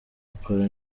ikora